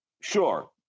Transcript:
sure